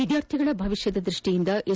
ವಿದ್ಯಾರ್ಥಿಗಳ ಭವಿಷ್ಣದ ದೃಷ್ಷಿಯಿಂದ ಎಸ್